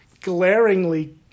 glaringly